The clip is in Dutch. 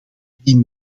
die